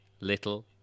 little